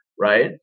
right